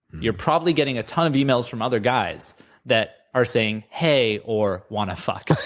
you're probably getting a ton of emails from other guys that are saying hey, or want to fuck?